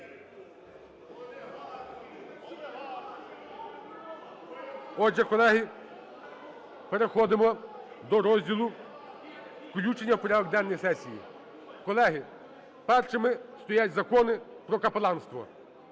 Отже, колеги, переходимо до розділу включення в порядок денний сесії. Колеги, першими стоять закони прокапеланство.